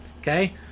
Okay